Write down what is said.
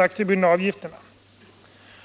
Många